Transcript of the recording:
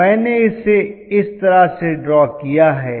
तो मैंने इसे इस तरह से ड्रॉ किया है